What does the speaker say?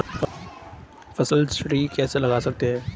फसल ऋण कैसे ले सकते हैं?